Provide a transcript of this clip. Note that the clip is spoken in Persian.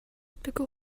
بگو